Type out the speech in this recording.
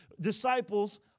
disciples